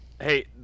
hey